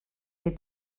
que